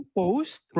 post